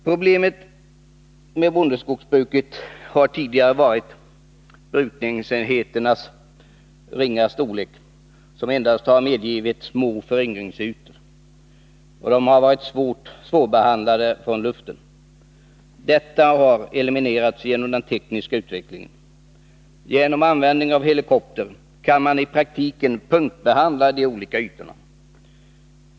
Problemet med bondeskogsbruket mark har tidigare varit att brukningsenheternas ringa storlek endast medgivit små föryngringsytor, vilka varit svårbehandlade från luften. Detta har eliminerats genom den tekniska utvecklingen. Genom användning av helikopter kan man i praktiken punktbehandla de olika ytorna.